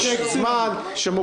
יש זמן שמוקצה.